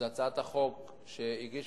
זה הצעת החוק שהגיש